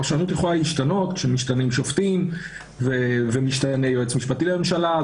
פרשנות יכולה להשתנות כשמשתנים שופטים ומשתנה יועץ משפטי לממשלה.